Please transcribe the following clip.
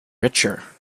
richer